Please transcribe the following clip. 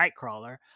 nightcrawler